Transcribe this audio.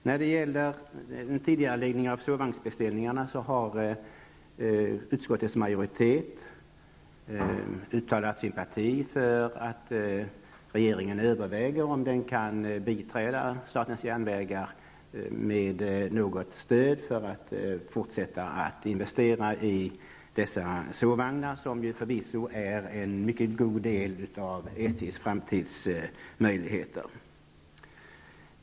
När det gäller en tidigareläggning av sovvagnsbeställningarna har utskottets majoritet uttalat sympati för att regeringen överväger om den kan biträda statens järnvägar med något stöd för att fortsätta att investera i dessa sovvagnar. De är ju förvisso en mycket god del av SJs framtidsmöjligheter.